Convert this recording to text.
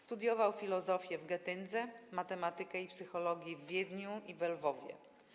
Studiował filozofię w Getyndze, matematykę i psychologię w Wiedniu i we Lwowie.